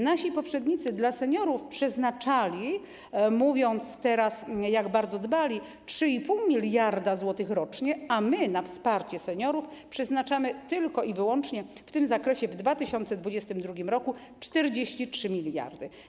Nasi poprzednicy dla seniorów przeznaczali - mówiąc teraz, jak bardzo dbali - 3,5 mld zł rocznie, a my na wsparcie seniorów przeznaczamy tylko i wyłącznie w tym zakresie w 2022 r. 43 mld zł.